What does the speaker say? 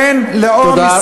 אין לאום, תודה.